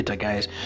guys